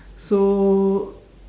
so